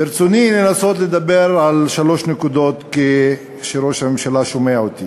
ברצוני לנסות לדבר על שלוש נקודות כשראש הממשלה שומע אותי.